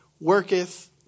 worketh